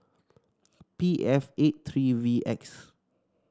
P F eight three V X